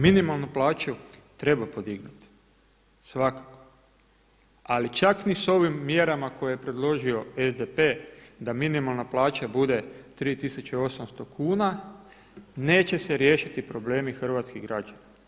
Minimalnu plaću treba podignuti svakako, ali čak ni sa ovim mjerama koje je predložio SDP da minimalna plaća bude 3800 kuna neće se riješiti problemi hrvatskih građana.